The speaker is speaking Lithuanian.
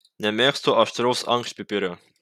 nemėgstu aštraus ankštpipirio